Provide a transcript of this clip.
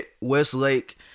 Westlake